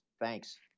Thanks